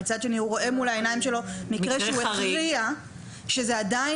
מצד שני הוא רואה מול העיניים שלו מקרה שהוא הכריע שזה עדיין